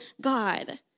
God